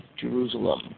Jerusalem